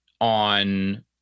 on